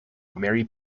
mary